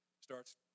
Starts